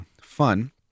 fun